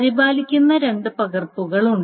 പരിപാലിക്കുന്ന രണ്ട് പകർപ്പുകൾ ഉണ്ട്